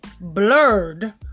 blurred